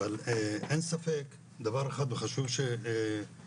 אבל אין ספק דבר אחר חשוב שנבין,